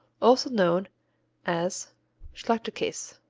also known as schachtelkase,